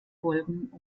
folgen